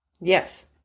Yes